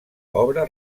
obra